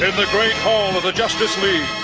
and the great hall of the justice league,